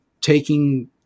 taking